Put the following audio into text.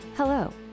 Hello